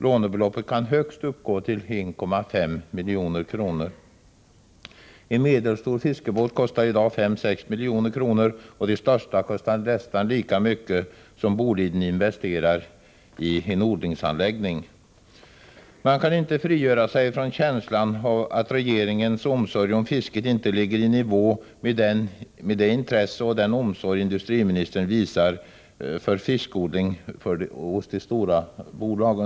Lånebeloppet kan högst uppgå till 1,5 milj.kr. En medelstor fiskebåt kostar i dag 5-6 milj.kr., och de största kostar nästan lika mycket som Boliden investerar i sin odlingsanläggning. Man kan inte frigöra sig från känslan att regeringens omsorg om fisket inte ligger i nivå med det intresse och den omsorg industriministern visar för fiskodling hos de stora bolagen.